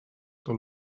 tot